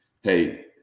hey